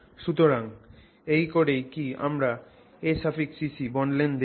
সুতরাং এই করেই কি আমরা acc bond length দেখি